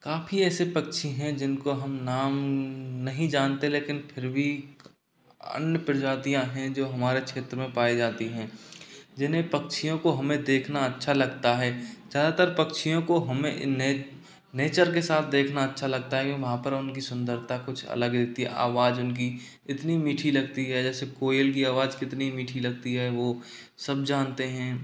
काफ़ी ऐसे पक्षी हैं जिनको हम नाम नहीं जानते लेकिन फिर भी अन्य प्रजातियाँ हैं जो हमारे क्षेत्र में पाए जाती हैं जिन्हें पक्षियों को हमें देखना अच्छा लगता है ज़्यादातर पक्षियों को हमें नेचर के साथ देखना अच्छा लगता है क्योंकि वहाँ पर उनकी सुंदरता कुछ अलग ही होती है आवाज उनकी इतनी मीठी लगती है जैसे कोयल की आवाज कितनी मीठी लगती है वो सब जानते हैं